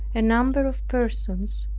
a number of persons,